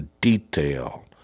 detail